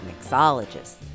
mixologists